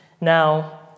Now